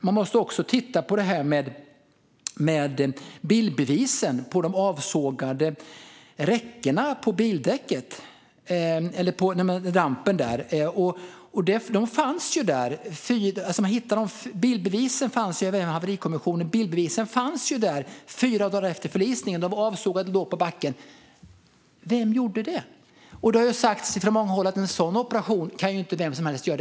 Man måste också titta på detta med bildbevisen - de avsågade räckena på rampen till bildäcket. Bildbevisen fanns där fyra dagar efter förlisningen; räckena var avsågade och låg på backen. Vem gjorde det? Det har sagts från många håll att vem som helst inte kan göra en sådan operation.